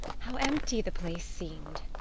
how empty the place seemed!